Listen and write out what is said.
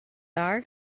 are